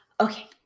Okay